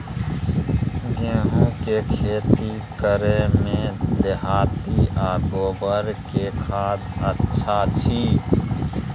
गेहूं के खेती करे में देहाती आ गोबर के खाद अच्छा छी?